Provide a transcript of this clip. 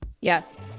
Yes